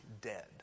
dead